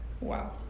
Wow